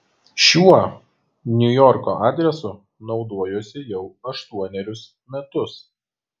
šiuo niujorko adresu naudojuosi jau aštuonerius metus